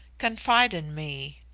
confide in me.